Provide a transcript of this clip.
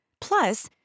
Plus